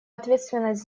ответственность